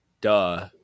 Duh